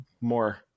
more